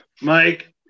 Mike